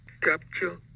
capture